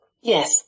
Yes